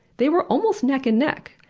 they were almost neck and neck.